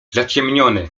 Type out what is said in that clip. zaciemnione